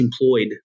employed